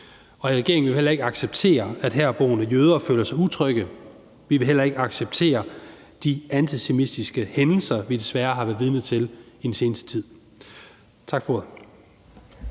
I regeringen vil vi ikke acceptere, at herboende jøder føler sig utrygge, og vi vil heller ikke acceptere de antisemitiske hændelser, vi desværre har været vidne til i den seneste tid. Tak for ordet.